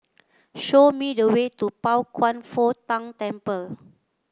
show me the way to Pao Kwan Foh Tang Temple